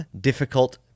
difficult